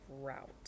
route